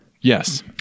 Yes